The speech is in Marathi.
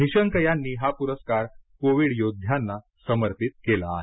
निशंक यांनी हा पुरस्कार कोविड योद्ध्यांना समर्पित केला आहे